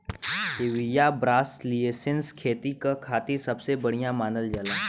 Hevea brasiliensis खेती क खातिर सबसे बढ़िया मानल जाला